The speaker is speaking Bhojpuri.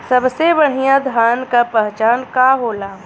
सबसे बढ़ियां धान का पहचान का होला?